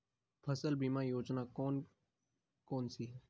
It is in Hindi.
फसल बीमा योजनाएँ कौन कौनसी हैं?